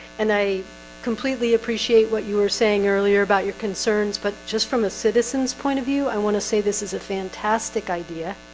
and i completely appreciate what you were saying earlier about your concerns but just from a citizen's point of view i want to say this is a fantastic idea.